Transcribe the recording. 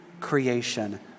creation